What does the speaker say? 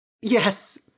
Yes